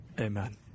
Amen